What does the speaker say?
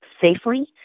safely